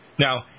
Now